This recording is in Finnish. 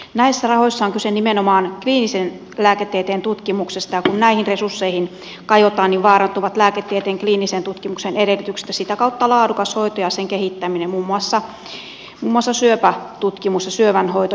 näissä rahoissa on kyse nimenomaan kliinisen lääketieteen tutkimuksesta ja kun näihin resursseihin kajotaan vaarantuvat lääketieteen kliinisen tutkimuksen edellytykset ja sitä kautta laadukas hoito ja sen kehittäminen muun muassa syöpätutkimus ja syövän hoito